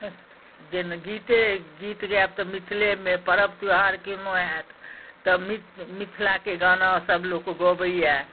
जेना गीते गीत गायब तऽ मिथिले मे परव त्यौहार केहनो होयत तऽ मिथिला के गाना सब लोक गबैया